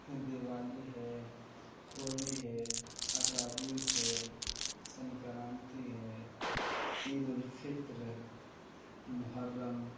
ہیں دیوالی ہے ہولی ہے اکادیس ہے سنکرانتی ہے عیدُالِفطر محرّم